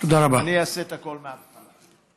אני אעשה את הכול מהתחלה.